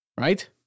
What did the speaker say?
Right